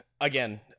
again